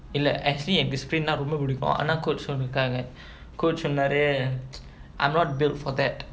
இல்ல:illa actually என்:en discipline னா ரொம்ப புடிக்கும் ஆனா:naa romba pudikkum aanaa coach சொல்லீர்காங்க:solleerkaanga coach சொன்னாரு:sonnaaru I'm not build for that